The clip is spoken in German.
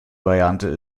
variante